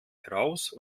heraus